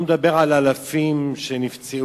אני לא מדבר על האלפים שנפצעו.